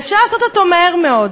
ואפשר לעשות אותו מהר מאוד.